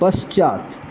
पश्चात्